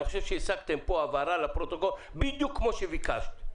אני חושב שהשגתם פה הבהרה לפרוטוקול בדיוק כמו שביקשת,